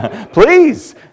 please